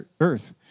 earth